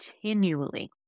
continually